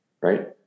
Right